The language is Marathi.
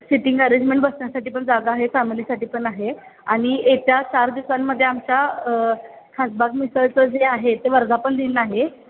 सिटिंग अरेंजमेंट बसण्यासाठी पण जागा आहे फॅमिलीसाठी पण आहे आणि येत्या चार दिवसांमध्ये आमच्या खासबाग मिसळचं जे आहे ते वर्धापन दिन आहे